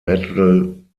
metal